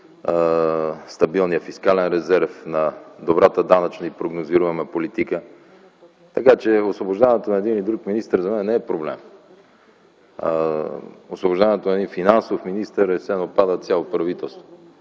стабилния фискален резерв, на добрата данъчна и прогнозируема политика, така че освобождаването на един или друг министър за мен не е проблем. С освобождаването на един финансов министър все едно пада цяло правителство.